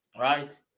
right